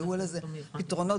היו לזה כבר פתרונות,